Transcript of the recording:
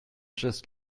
just